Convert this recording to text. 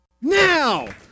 Now